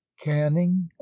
canning